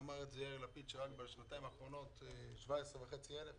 ואמר יאיר לפיד שרק בשנה האחרונה נפטרו 17,500 ניצולים